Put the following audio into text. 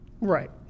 Right